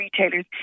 retailers